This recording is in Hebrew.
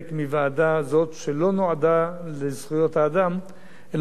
שלא נועדה לזכויות האדם אלא נועדה לפגיעה בישראל.